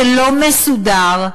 שלא מסודר,